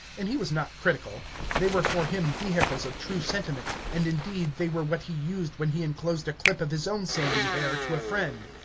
and he was not critical they were for him vehicles of true sentiment, and indeed they were what he used when he inclosed a clip of his own sandy hair to a friend.